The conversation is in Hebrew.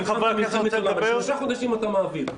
פה שלושה חודשים אתה מעביר.